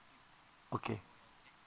okay